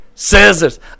Scissors